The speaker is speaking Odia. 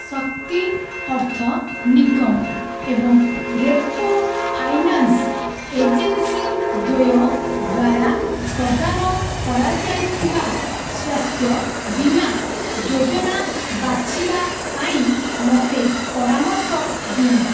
ଶକ୍ତି ଅର୍ଥ ନିଗମ ଏବଂ ରେପ୍କୋ ଫାଇନାନ୍ସ୍ ଏଜେନ୍ସି ଦ୍ୱୟ ଦ୍ଵାରା ପ୍ରଦାନ କରାଯାଇଥିବା ସ୍ୱାସ୍ଥ୍ୟ ବୀମା ଯୋଜନା ବାଛିବା ପାଇଁ ମୋତେ ପରାମର୍ଶ ଦିଅନ୍ତୁ